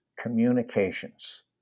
communications